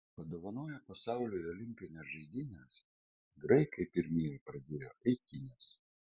padovanoję pasauliui olimpines žaidynes graikai pirmieji pradėjo eitynes